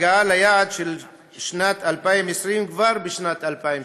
הגעה ליעד של שנת 2020 כבר בשנת 2016,